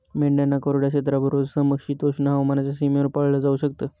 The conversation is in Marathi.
मेंढ्यांना कोरड्या क्षेत्राबरोबरच, समशीतोष्ण हवामानाच्या सीमेवर पाळलं जाऊ शकत